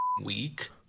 week